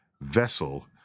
vessel